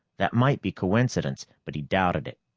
that might be coincidence, but he doubted it.